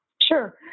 Sure